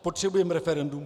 Potřebujeme referendum?